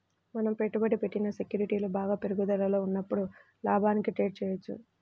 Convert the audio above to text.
మనం పెట్టుబడి పెట్టిన సెక్యూరిటీలు బాగా పెరుగుదలలో ఉన్నప్పుడు లాభానికి ట్రేడ్ చేయవచ్చు